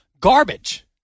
garbage